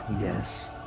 yes